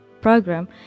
program